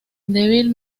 devil